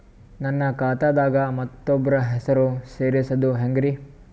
ನನ್ನ ಖಾತಾ ದಾಗ ಮತ್ತೋಬ್ರ ಹೆಸರು ಸೆರಸದು ಹೆಂಗ್ರಿ?